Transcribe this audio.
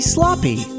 Sloppy